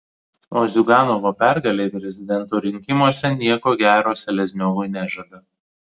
o ziuganovo pergalė prezidento rinkimuose nieko gero selezniovui nežada